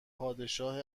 پادشاه